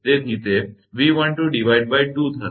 તેથી તે 𝑉122 હશે